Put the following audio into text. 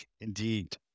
Indeed